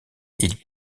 ils